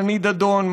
שני דדון,